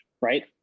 right